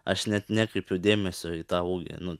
aš net nekreipiau dėmesio į tą ūgį nu